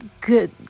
good